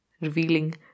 revealing